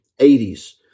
80s